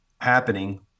happening